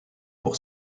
pour